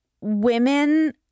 women